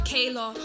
Kayla